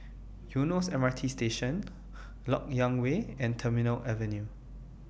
Eunos M R T Station Lok Yang Way and Terminal Avenue